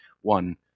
one